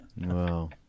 Wow